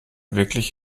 wirklich